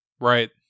Right